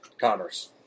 commerce